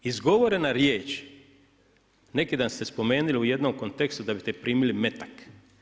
Izgovorena riječ, neki dan ste spomenuli u jednom kontekstu da biste primili metak.